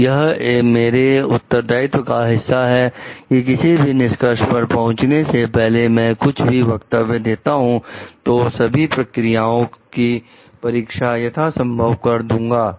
तो यह मेरे उत्तरदायित्व का हिस्सा है कि किसी भी निष्कर्ष पर पहुंचने से पहले मैं कुछ भी वक्तव्य देता हूं तो सभी प्रक्रियाओं की परीक्षा यथासंभव कर के दू